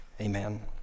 Amen